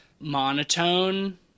monotone